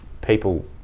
people